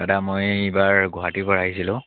দাদা মই এইবাৰ গুৱাহাটীৰ পৰা আহিছিলোঁ